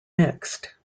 mixed